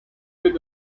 with